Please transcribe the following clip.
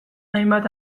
hainbat